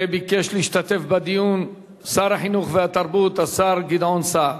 ביקש להשתתף בדיון שר החינוך והתרבות השר גדעון סער.